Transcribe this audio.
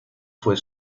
fue